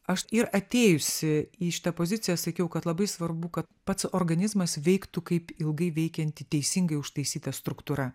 aš ir atėjusi į šitą poziciją sakiau kad labai svarbu kad pats organizmas veiktų kaip ilgai veikianti teisingai užtaisyta struktūra